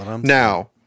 Now